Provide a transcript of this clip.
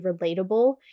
relatable